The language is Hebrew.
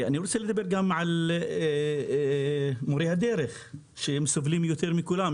אני רוצה לדבר גם על מורי הדרך שסובלים יותר מכולם.